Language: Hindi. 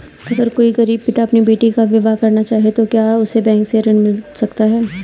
अगर कोई गरीब पिता अपनी बेटी का विवाह करना चाहे तो क्या उसे बैंक से ऋण मिल सकता है?